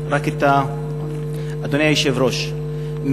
אדוני היושב-ראש,